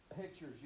pictures